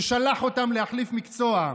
ששלח אותם להחליף מקצוע.